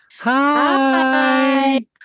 hi